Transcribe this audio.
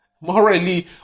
Morally